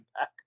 back